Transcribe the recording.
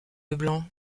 leblanc